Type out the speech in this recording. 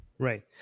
Right